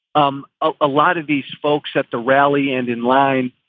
um ah a lot of these folks at the rally end in line.